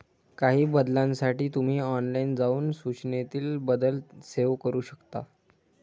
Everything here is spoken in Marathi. काही बदलांसाठी तुम्ही ऑनलाइन जाऊन सूचनेतील बदल सेव्ह करू शकता